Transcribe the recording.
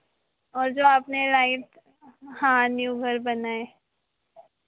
और जो आपने लाइट्स हाँ न्यू घर बना है